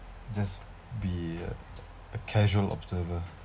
just be a a casual observer